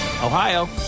Ohio